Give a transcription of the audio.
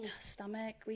stomach